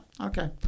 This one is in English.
Okay